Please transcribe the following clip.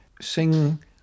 sing